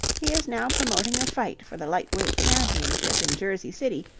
he is now promoting a fight for the light-weight championship in jersey city,